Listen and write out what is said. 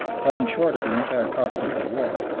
falling short of the entire costs of the war,